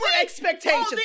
expectations